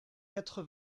quatre